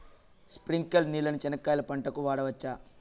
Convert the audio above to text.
స్ప్రింక్లర్లు నీళ్ళని చెనక్కాయ పంట కు వాడవచ్చా?